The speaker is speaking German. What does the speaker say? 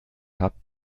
habt